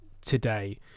today